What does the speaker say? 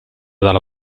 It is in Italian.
dalla